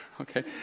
Okay